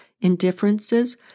indifferences